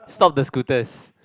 stop the scooters